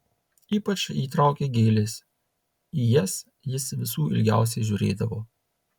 ypač jį traukė gėlės į jas jis visų ilgiausiai žiūrėdavo